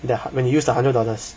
the when use one hundred dollars